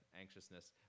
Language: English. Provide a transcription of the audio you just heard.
anxiousness